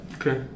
okay